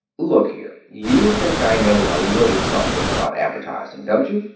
look here. you think i know a little something about advertising, don't you?